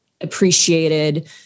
appreciated